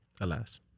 alas